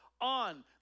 on